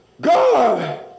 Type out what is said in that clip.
God